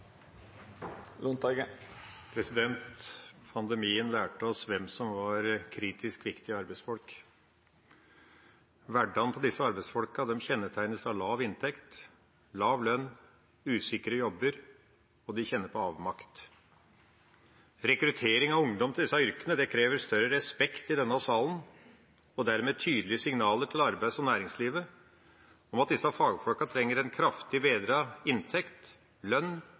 Pandemien lærte oss hvem som var kritisk viktige arbeidsfolk. Hverdagen til disse arbeidsfolkene kjennetegnes av lav inntekt, lav lønn, usikre jobber, og de kjenner på avmakt. Rekruttering av ungdom til disse yrkene krever større respekt i denne salen og dermed tydelige signaler til arbeids- og næringslivet om at disse fagfolkene trenger en kraftig bedret inntekt, lønn